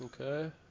Okay